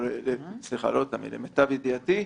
למיטב ידיעתי,